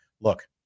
look